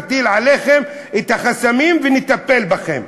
נטיל עליכם את החסמים ונטפל בכם.